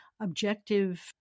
objective